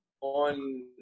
on